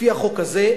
לפי החוק הזה,